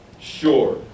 sure